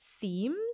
themes